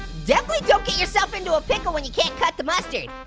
definitely don't get yourself into a pickle when you can't cut the mustard.